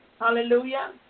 Hallelujah